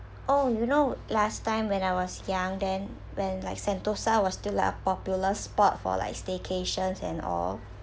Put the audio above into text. oh you know last time when I was young then when like sentosa was still our popular spot for like staycations and all